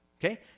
Okay